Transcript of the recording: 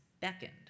beckoned